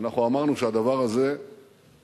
אנחנו אמרנו שהדבר הזה תקף